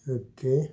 okay